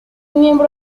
miembro